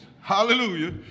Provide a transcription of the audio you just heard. Hallelujah